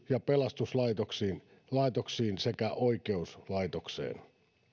ja pelastuslaitoksiin sekä oikeuslaitokseen